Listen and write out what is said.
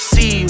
See